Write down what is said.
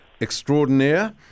extraordinaire